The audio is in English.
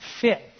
fit